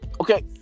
Okay